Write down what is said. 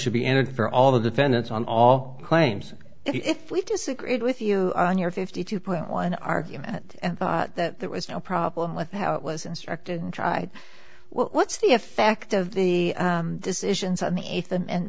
should be entered for all the defendants on all claims if we disagreed with you on your fifty two point one argument and thought that there was no problem with how it was instructed and tried well what's the effect of the decisions on the eighth and